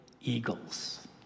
eagles